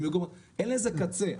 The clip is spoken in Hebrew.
אין לזה קצה.